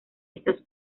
estas